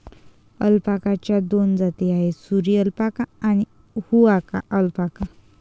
अल्पाकाच्या दोन जाती आहेत, सुरी अल्पाका आणि हुआकाया अल्पाका